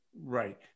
Right